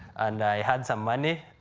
and i had some money.